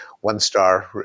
one-star